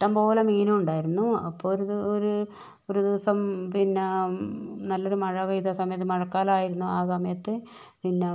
ഇഷ്ടംപോലെ മീനുണ്ടായിരുന്നു അപ്പൊൾ ഒരു ഒരു ദിവസം പിന്നെ നല്ലൊരു മഴ പെയ്ത സമയത്ത് മഴക്കാലായിരുന്നു ആ സമയത്ത് പിന്നെ